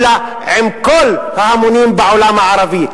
אלא עם כל ההמונים בעולם הערבי.